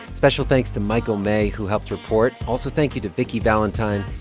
special thanks to michael may, who helped report. also thank you to vikki valentine,